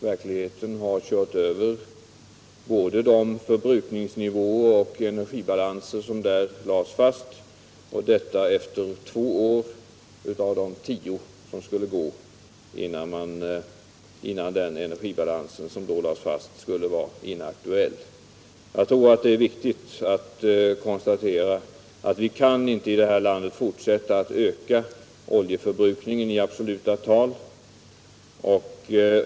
Verkligheten har ”kört över” både de förbrukningsnivåer och de energibalanser som lades fast i beslutet, och detta efter två av de tio år som skulle gå, innan den energibalans som lades fast 1975 beräknades vara inaktuell. Jag tror det är viktigt att konstatera att vi i vårt land inte kan fortsätta att öka vår oljeförbrukning i absoluta tal.